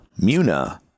Muna